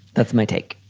that's my take.